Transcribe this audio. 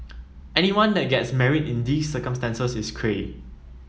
anyone that gets married in these circumstances is Cray